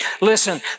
Listen